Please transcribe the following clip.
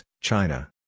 China